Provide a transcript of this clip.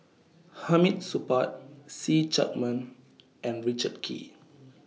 Hamid Supaat See Chak Mun and Richard Kee